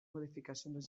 modificacions